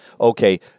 Okay